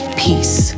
peace